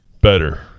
better